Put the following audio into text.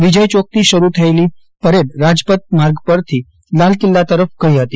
વિજય યોકથી શરૂ થયેલી પરેડ રાજપથ માર્ગ પરથી લાલ કિલ્લા તરફ ગઇ હતી